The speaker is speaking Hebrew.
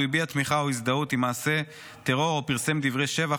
הוא הביע תמיכה או הזדהות עם מעשה טרור או פרסם דברי שבח,